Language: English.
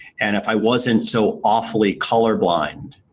and if i wasn't so awfully colorblind,